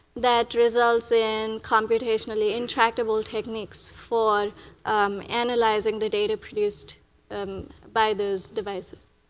that results in computationally intractable techniques for analyzing the data produced by those devices.